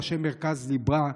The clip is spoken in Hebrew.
ראשי מרכז ליב"ה,